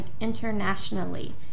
internationally